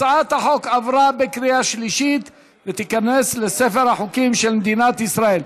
הצעת החוק עברה בקריאה שלישית ותיכנס לספר החוקים של מדינת ישראל.